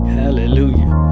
hallelujah